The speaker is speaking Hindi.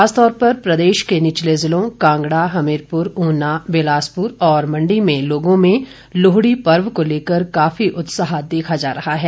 खासतौर पर प्रदेश के निचले जिलों कांगड़ा हमीरपुर उना बिलासपुर और मंडी में लोगों में लोहड़ी पर्व को लेकर काफी उत्साह देखा जा रहा है